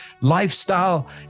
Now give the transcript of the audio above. lifestyle